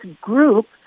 group